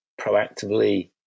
proactively